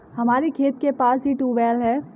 हमारे खेत के पास ही ट्यूबवेल है